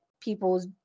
people's